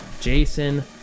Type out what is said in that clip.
Jason